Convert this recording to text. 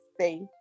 say